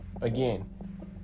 again